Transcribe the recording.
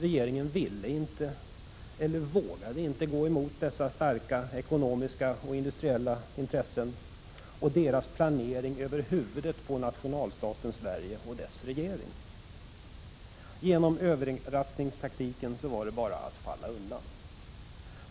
Regeringen ville inte eller vågade inte — jag vet inte vilket — gå emot dessa starka ekonomiska och industriella intressen och deras planering över huvudet på nationalstaten Sverige och dess regering. Genom överraskningstaktiken hade regeringen bara att falla undan.